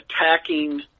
attacking